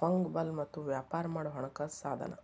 fungible ಮತ್ತ ವ್ಯಾಪಾರ ಮಾಡೊ ಹಣಕಾಸ ಸಾಧನ